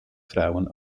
frauen